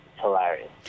hilarious